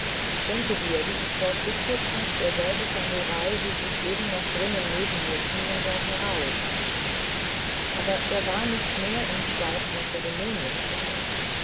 denke dir wie ich dort sitze kommt derselbe samurai den ich eben noch drinnen neben mir knien sah heraus aber er war nicht mehr im schwarzen